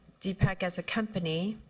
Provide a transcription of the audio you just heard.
deepak, as a company,